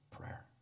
prayer